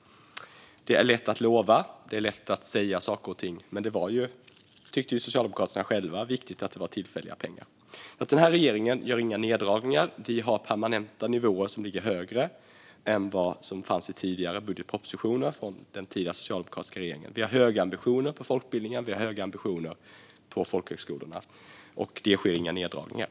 Det är lätt att lova och säga saker och ting, men Socialdemokraterna tyckte själva att det var viktigt att det var tillfälliga pengar. Den här regeringen gör inga neddragningar. Vi har permanenta nivåer som ligger högre än i budgetpropositioner från den tidigare socialdemokratiska regeringen. Vi har höga ambitioner för folkbildningen och folkhögskolorna, och det sker inga neddragningar.